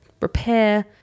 repair